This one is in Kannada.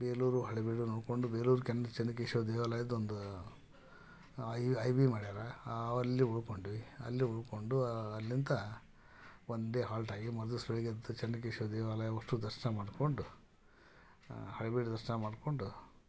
ಬೇಲೂರು ಹಳೆಬೀಡು ನೋಡಿಕೊಂಡು ಬೇಲೂರು ಕೆನ್ನ ಚೆನ್ನಕೇಶವ ದೇವಾಲಯದೊಂದು ಐ ಐ ಬಿ ಮಾಡ್ಯಾರ ನಾವಲ್ಲಿ ಉಳ್ಕೊಂಡ್ವಿ ಅಲ್ಲಿ ಉಳ್ಕೊಂಡು ಅಲ್ಲಿಂದ ಒನ್ ಡೆ ಹಾಲ್ಟ್ ಆಗಿ ಮರುದಿವಸ ಬೆಳಗ್ಗೆ ಎದ್ದು ಚೆನ್ನಕೇಶವ ದೇವಾಲಯ ಒಟ್ಟು ದರ್ಶನ ಮಾಡಿಕೊಂಡು ಹಳೆಬೀಡು ದರ್ಶನ ಮಾಡಿಕೊಂಡು